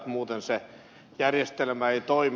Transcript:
muuten se järjestelmä ei toimi